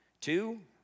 Two